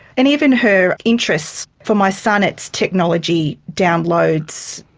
and even her interests, for my son it's technology, downloads,